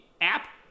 app